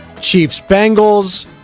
Chiefs-Bengals